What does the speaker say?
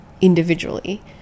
individually